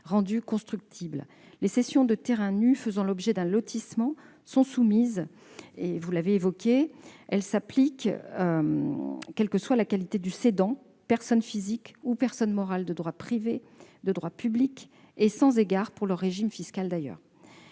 rendus constructibles. Les cessions de terrains nus faisant l'objet d'un lotissement sont soumises à cette taxe, qui s'applique quelle que soit la qualité du cédant- personne physique ou personne morale de droit privé ou de droit public -et sans égard pour le régime fiscal de